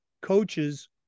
coaches